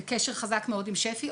בקשר חזק מאוד עם שפ"י,